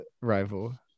rival